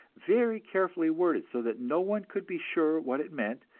very carefully worded so that no one could be sure what it meant,